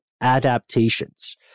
adaptations